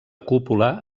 cúpula